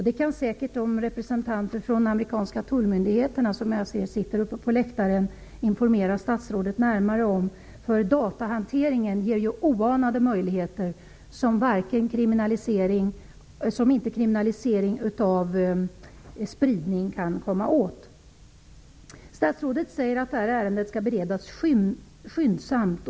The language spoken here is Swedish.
Det kan säkert de representanter från de amerikanska tullmyndigheterna som jag ser sitter på läktaren informera statsrådet närmare om. Datahanteringen ger ju oanade möjligheter, möjligheter som en kriminalisering av spridningen inte kan komma åt. Statsrådet säger att detta ärende skall beredas skyndsamt.